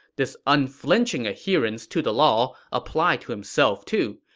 this unflinching adherence to the law applied to himself, too.